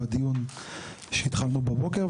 בדיון שהתחלנו בבוקר.